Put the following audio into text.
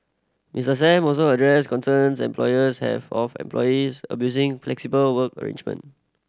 Mister Sam also addressed concerns employers have of employees abusing flexible work arrangement